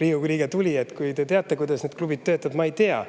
Riigikogu liige tuli – te võib-olla teate, kuidas need klubid töötavad, ma ei tea.